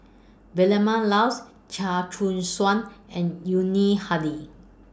Vilma Laus Chia Choo Suan and Yuni Hadi